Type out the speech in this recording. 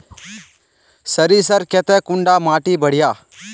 सरीसर केते कुंडा माटी बढ़िया?